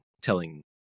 telling